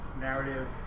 narrative